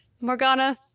Morgana